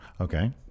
Okay